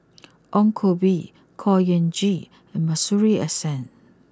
Ong Koh Bee Khor Ean Ghee and Masuri S N